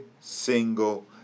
single